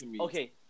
Okay